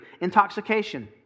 intoxication